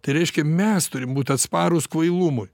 tai reiškia mes turim būti atsparūs kvailumui